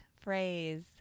phrase